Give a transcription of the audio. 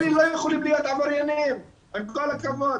אלה לא יכולים להיות עבריינים, עם כל הכבוד.